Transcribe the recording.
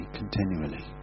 continually